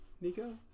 Nico